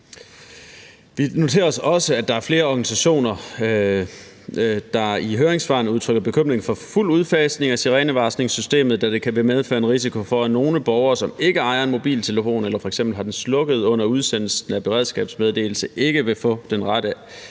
Vi noterer os også, at der er flere organisationer, der i høringssvarene udtrykker bekymring for en fuld udfasning af sirenevarslingssystemet, da det kan medføre en risiko for, at nogle borgere, som ikke ejer en mobiltelefon eller f.eks. har den slukket under udsendelsen af en beredskabsmeddelelse, ikke vil få den rette